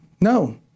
No